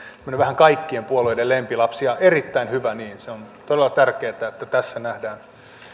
vähän tämmöinen kaikkien puolueiden lempilapsi ja erittäin hyvä niin on todella tärkeätä että tässä nähdään